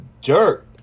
jerk